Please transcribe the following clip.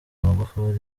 magufuri